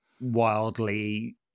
wildly